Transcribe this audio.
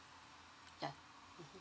yup mmhmm